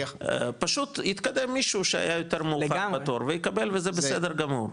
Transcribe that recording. פשוט התקדם מישהו שהיה יותר מאוחר בתור ויקבל וזה בסדר גמור.